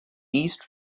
east